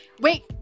Wait